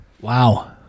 Wow